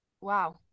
wow